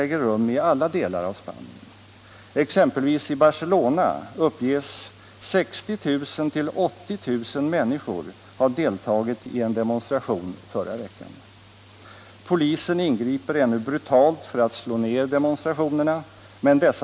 Det kan ske genom de bojkottåtgärder som vid olika tidpunkter visar sig ändamålsenliga.